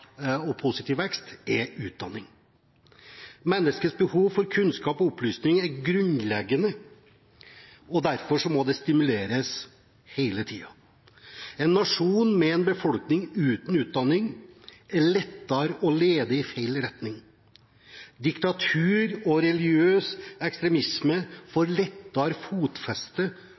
er grunnleggende, og derfor må det stimuleres hele tiden. En nasjon med en befolkning uten utdanning er lettere å lede i feil retning. Diktatur og religiøs ekstremisme